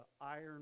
iron